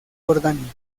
jordania